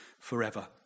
forever